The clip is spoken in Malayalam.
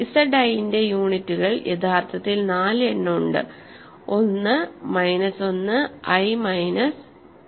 Z i ന്റെ യൂണിറ്റുകൾ യഥാർത്ഥത്തിൽ 4 എണ്ണം ഉണ്ട് 1 മൈനസ് 1 i മൈനസ് i